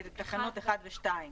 תקנות (1) ו-(2).